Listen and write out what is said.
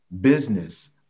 business